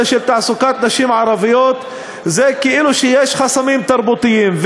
של תעסוקת נשים ערביות זה כאילו שיש חסמים תרבותיים,